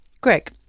Greg